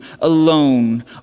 alone